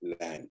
land